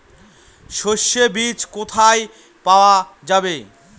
সর্ষে বিজ কোথায় পাওয়া যাবে?